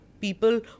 people